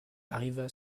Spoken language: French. arriva